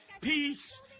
Peace